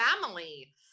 family